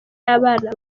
y’abana